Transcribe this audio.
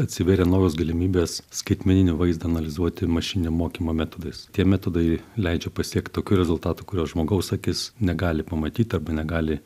atsivėrė naujos galimybės skaitmeninį vaizdą analizuoti mašininio mokymo metodais tie metodai leidžia pasiekt tokių rezultatų kuriuos žmogaus akis negali pamatyt arba negali